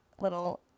little